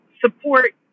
support